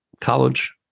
college